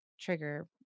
trigger